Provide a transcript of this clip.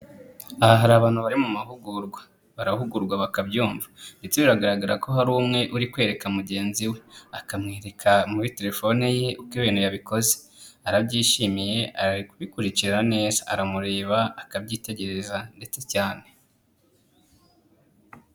Aha hari abantu bari mu mahugurwa, barahugurwa bakabyumva ndetse biragaragara ko hari umwe uri kwereka mugenzi we, akamwereka muri telefone ye uko ibintu yabikoze, arabyishimiye arakurikira neza aramureba akabyitegereza ndetse cyane.